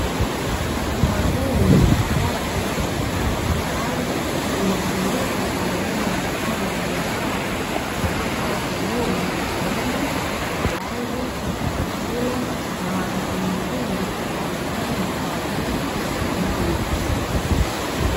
Hoteli ya kisasa na kifahari inatumika kwa ajili ya kufanya biashara ya kutoa huduma ikiwemo malazi, chakula, na wakati mwingine burudani kwa wageni wanaolipia.